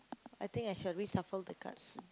I think I shall reshuffle the cards